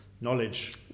knowledge